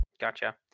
Gotcha